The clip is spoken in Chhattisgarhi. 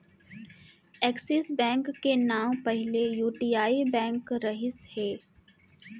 एक्सिस बेंक के नांव पहिली यूटीआई बेंक रहिस हे